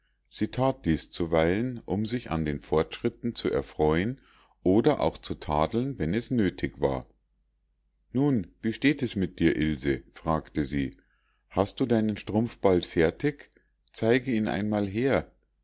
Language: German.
that dies zuweilen um sich an den fortschritten zu erfreuen oder auch zu tadeln wenn es nötig war nun wie steht es mit dir ilse fragte sie hast du deinen strumpf bald fertig zeige ihn einmal her